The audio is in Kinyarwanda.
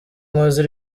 nkoze